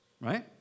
Right